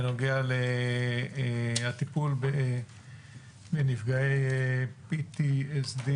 בנוגע לטיפול בנפגעי PTSD,